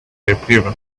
reprieve